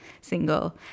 single